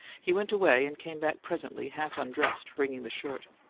he went away, and came back presently, half undressed, bringing the shirt.